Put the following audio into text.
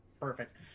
Perfect